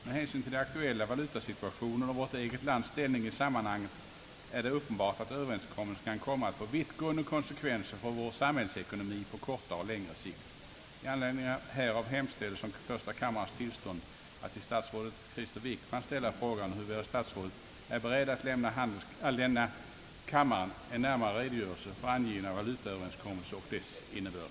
Med hänsyn till den aktuella valutasituationen och vårt eget lands ställning i sammanhanget är det uppenbart att överenskommelsen kan komma att få vittgående konsekvenser för vår samhällsekonomi på kortare och längre sikt. I anledning härav hemställes om första kammarens tillstånd att till statsrådet Krister Wickman ställa frågan huruvida statsrådet är beredd att lämna kammaren en närmare redogörelse för angivna valutaöverenskommelse och dess innebörd.